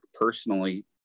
personally